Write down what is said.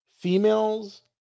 Females